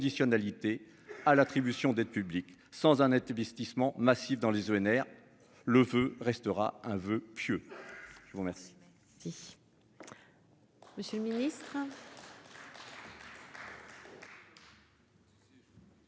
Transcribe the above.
à l'attribution d'aides publiques sans un Net investissement massif dans les ENR, le feu restera un voeu pieux. Ils vont bien.